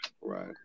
Right